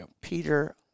Peter